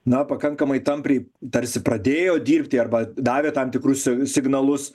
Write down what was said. na pakankamai tampriai tarsi pradėjo dirbti arba davė tam tikrus signalus